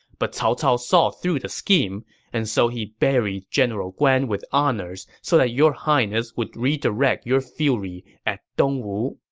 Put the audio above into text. but cao cao saw through the scheme and so thus buried general guan with honors so that your highness would redirect your fury at dongwu.